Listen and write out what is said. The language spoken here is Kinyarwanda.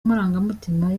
amarangamutima